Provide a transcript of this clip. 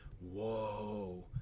whoa